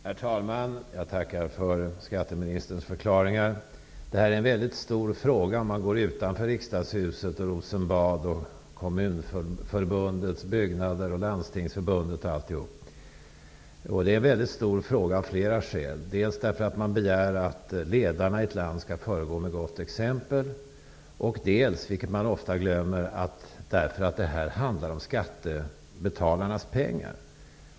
Herr talman! Jag tackar för skatteministerns förklaringar. Det här är en mycket stor fråga om man går utanför riksdagshuset, Rosenbad, Kommunförbundets och Landstingsförbundets byggnader. Det är en mycket stor fråga av flera skäl. För det första begär man att ledarna i ett land skall föregå med gott exempel. För det andra, vilket man ofta glömmer, handlar det om skattebetalarnas pengar.